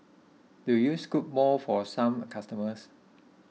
do you scoop more for some customers